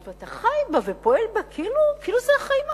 ואתה חי בה ופועל בה כאילו זה החיים האמיתיים.